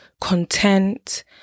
content